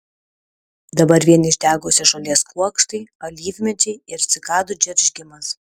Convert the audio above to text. dabar vien išdegusios žolės kuokštai alyvmedžiai ir cikadų džeržgimas